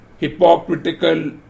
hypocritical